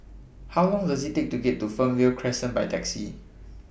How Long Does IT Take to get to Fernvale Crescent By Taxi